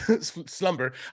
slumber